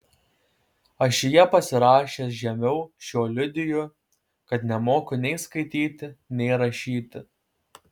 ašyje pasirašęs žemiau šiuo liudiju kad nemoku nei skaityti nei rašyti